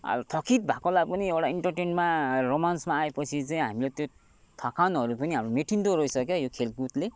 थकित भएकोलाई पनि एउटा इन्टरटेनमा रोमान्चमा आएपछि चाहिँ हामीलाई त्यो थकानहरू पनि हाम्रो मेटिँदो रहेछ क्या यो खेलकुदले